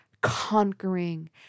conquering